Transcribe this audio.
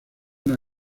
una